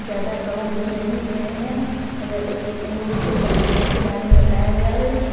ज़्यादा प्रभावित नहीं हुए हैं अगर इन लोगों को तकनीकी के बारे में बताया जाए